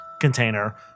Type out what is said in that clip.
container